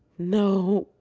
no.